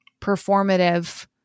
performative